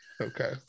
Okay